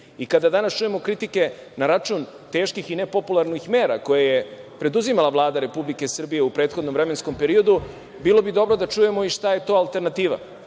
i kada danas čujemo kritike na račun teških i nepopularnih mera koje je preduzimala Vlada Republike Srbije u prethodnom vremenskom periodu, bilo bi dobro da čujemo i šta je to alternativa,